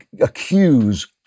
accuse